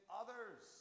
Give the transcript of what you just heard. others